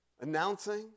Announcing